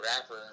rapper